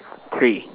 t~ three